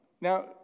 Now